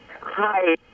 Hi